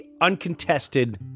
uncontested